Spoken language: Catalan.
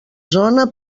zona